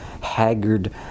haggard